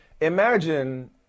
Imagine